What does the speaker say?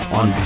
on